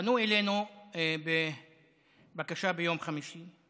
פנו אלינו בבקשה ביום חמישי,